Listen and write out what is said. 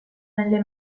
nelle